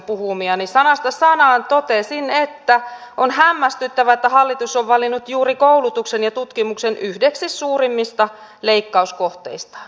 sanasta sanaan totesin että on hämmästyttävää että hallitus on valinnut juuri koulutuksen ja tutkimuksen yhdeksi suurimmista leikkauskohteistaan